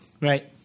Right